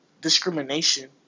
discrimination